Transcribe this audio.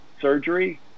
surgery